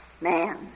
Man